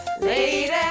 Lady